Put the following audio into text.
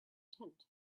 tent